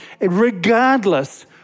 regardless